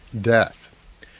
death